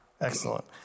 Excellent